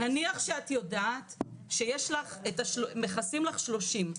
נניח שאת יודעת שמכסים לך 30,